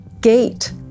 gate